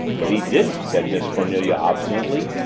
but he didn't, said miss cornelia obstinately,